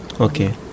Okay